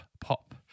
pop